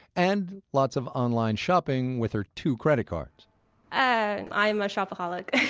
and lots of online shopping with her two credit cards i am a shopaholic.